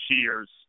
cheers